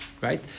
right